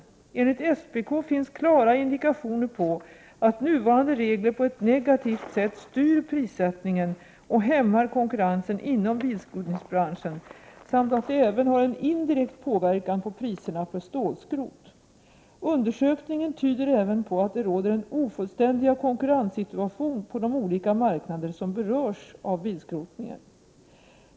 Enligt SPK finns klara indikationer på, att nuvarande regler på ett negativt sätt styr prissättningen och hämmar konkurrensen inom bilskrotningsbranschen samt att det även har en indirekt påverkan på priserna för stålskrot. Undersökningen tyder även på att det råder en ofullständig konkurrenssituation på de olika marknader som berörs av bilskrotningen.